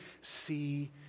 see